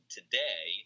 today